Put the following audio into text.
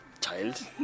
child